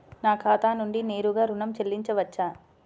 నా ఖాతా నుండి నేరుగా ఋణం చెల్లించవచ్చా?